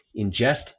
ingest